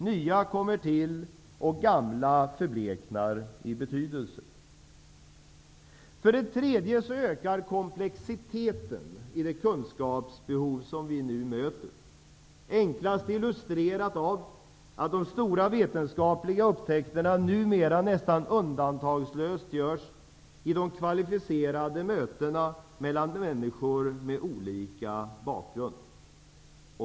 Nya kommer till, och gamla förbleknar i betydelse. För det tredje ökar komplexiteten i det kunskapsbehov som vi nu möter. Enklast illustreras detta av att de stora vetenskapliga upptäckterna numera nästan undantagslöst görs i de kvalificerade mötena mellan människor med olika bakgrund.